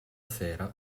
sera